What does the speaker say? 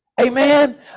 amen